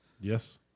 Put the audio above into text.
Yes